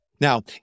Now